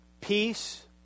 Peace